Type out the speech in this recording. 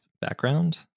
background